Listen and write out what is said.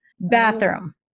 bathroom